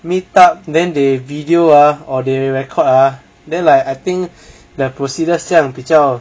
meet up then they video ah or they record ah then like I think the procedure steps 比较